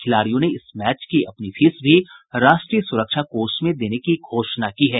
खिलाड़ियों ने इस मैच की अपनी फीस भी राष्ट्रीय सुरक्षा कोष में देने की घोषणा की है